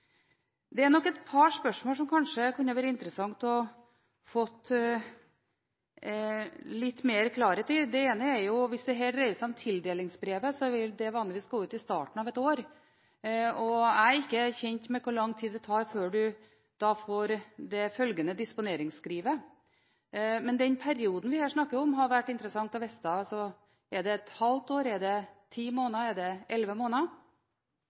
det er nok sjelden vi ser en så tydelig beklagelse fra Stortingets talerstol som den vi så nå, og det synes jeg er prisverdig. Så er det et par, tre spørsmål som det kanskje kunne ha vært interessant å få litt mer klarhet i. Det ene er at hvis dette dreier seg om tildelingsbrevet, så vil det vanligvis sendes ut i starten av et år, og jeg er ikke kjent med hvor lang tid det tar før man da får det følgende disponeringsskrivet. Men hvor lang er den perioden vi her snakker om? Det